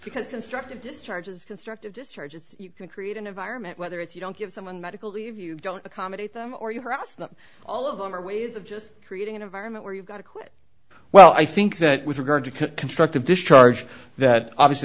because constructive discharge is destructive discharge and you can create an environment whether it's you don't give someone medical leave you don't accommodate them or you harass them all of them are ways of just creating an environment where you've got to quit well i think that with regard to constructive discharge that obviously